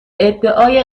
ادعای